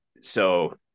So-